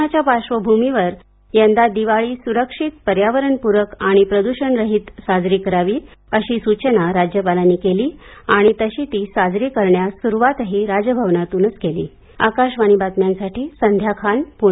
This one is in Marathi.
करोनाच्या पार्श्वभूमीवर यंदा दिवाळी सुरक्षित पर्यावरणपूरक आणि प्रदुषणरहित साजरी करावी अशी सूचना राज्यपालांनी केली आणि तशी ती साजरी करण्या सुरूवातही राजभवनातूच केली आकाशवाणी बातम्यांसाठी संध्या खान प्णे